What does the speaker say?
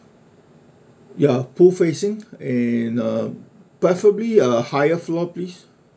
ya pool facing and uh preferably uh higher floor please